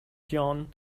jean